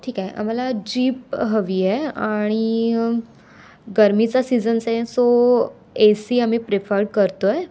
ठीक आहे आम्हाला जीप हवी आहे आणि गरमीचा सीजन्स आहे सो ए सी आम्ही प्रेफर करतो आहे